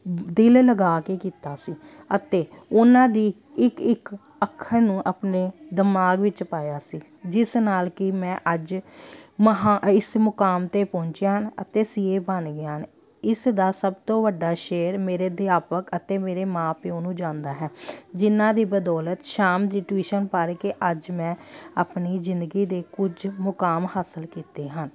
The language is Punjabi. ਦਿਲ ਲਗਾ ਕੇ ਕੀਤਾ ਸੀ ਅਤੇ ਉਹਨਾਂ ਦੀ ਇੱਕ ਇੱਕ ਅੱਖਰ ਨੂੰ ਆਪਣੇ ਦਿਮਾਗ ਵਿੱਚ ਪਾਇਆ ਸੀ ਜਿਸ ਨਾਲ ਕਿ ਮੈਂ ਅੱਜ ਮਹਾਂ ਇਸ ਮੁਕਾਮ 'ਤੇ ਪਹੁੰਚਿਆ ਹਨ ਅਤੇ ਸੀ ਏ ਬਣ ਗਏ ਹਨ ਇਸ ਦਾ ਸਭ ਤੋਂ ਵੱਡਾ ਸ਼ੇਅਰ ਮੇਰੇ ਅਧਿਆਪਕ ਅਤੇ ਮੇਰੇ ਮਾਂ ਪਿਓ ਨੂੰ ਜਾਂਦਾ ਹੈ ਜਿਨ੍ਹਾਂ ਦੀ ਬਦੌਲਤ ਸ਼ਾਮ ਦੀ ਟਿਊਸ਼ਨ ਪੜ੍ਹ ਕੇ ਅੱਜ ਮੈਂ ਆਪਣੀ ਜ਼ਿੰਦਗੀ ਦੇ ਕੁਝ ਮੁਕਾਮ ਹਾਸਿਲ ਕੀਤੇ ਹਨ